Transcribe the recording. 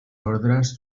ordres